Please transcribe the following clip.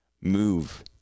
move